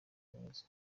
neza